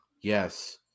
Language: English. yes